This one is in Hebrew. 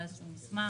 בעד.